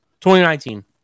2019